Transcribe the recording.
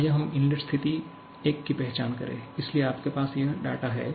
आइए हम इनलेट स्थिति 1 की पहचान करें इसलिए आपके पास यह डाटा हो